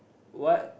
what